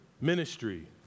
ministry